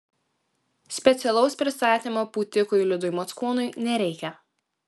specialaus pristatymo pūtikui liudui mockūnui nereikia